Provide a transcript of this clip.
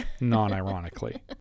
non-ironically